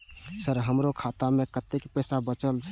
Sir हमरो खाता में कतेक पैसा बचल छे?